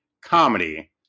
comedy